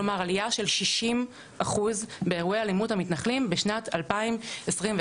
כלומר עלייה של 60% באירועי אלימות המתנחלים בשנת 2021,